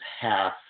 half